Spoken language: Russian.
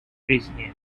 жизни